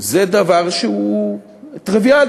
זה דבר שהוא טריוויאלי.